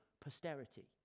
posterity